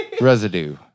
Residue